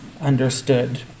understood